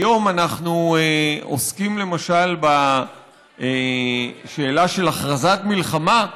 היום אנחנו עוסקים למשל בשאלה של הכרזת מלחמה,